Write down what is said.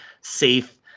safe